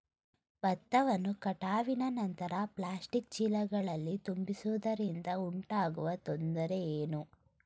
ಭತ್ತವನ್ನು ಕಟಾವಿನ ನಂತರ ಪ್ಲಾಸ್ಟಿಕ್ ಚೀಲಗಳಲ್ಲಿ ತುಂಬಿಸಿಡುವುದರಿಂದ ಉಂಟಾಗುವ ತೊಂದರೆ ಏನು?